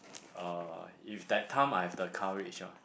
uh if that time I have the courage ah